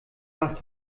macht